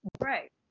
right